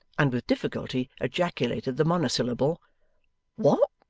and with difficulty ejaculated the monosyllable what!